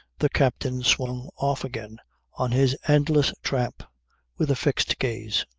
the captain swung off again on his endless tramp with a fixed gaze.